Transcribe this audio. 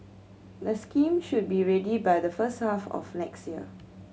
the scheme should be ready by the first half of next year